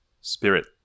spirit